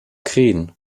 green